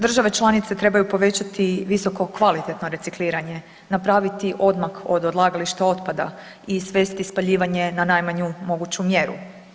Države članice trebaju povećati visoko kvalitetno recikliranje, napraviti odmak od odlagališta otpada i svesti spaljivanje na najmanju moguću mjeru.